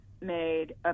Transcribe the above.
made